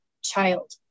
child